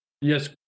Yes